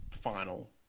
final